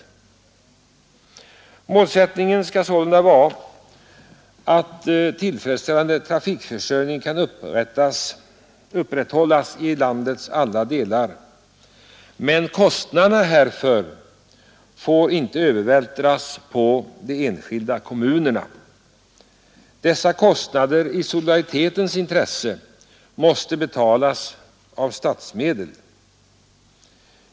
Målsättningen skall sålunda vara att tillfredsställande trafikförsörjning kan upprätthållas i landets alla delar. Men kostnaderna härför får inte övervältras på de enskilda kommunerna. Dessa kostnader måste i solidaritetens intresse betalas av statsmedel.